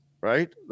right